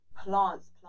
plants